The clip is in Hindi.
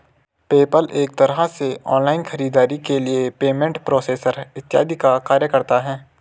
पेपल एक तरह से ऑनलाइन खरीदारी के लिए पेमेंट प्रोसेसर इत्यादि का कार्य करता है